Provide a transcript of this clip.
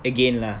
again lah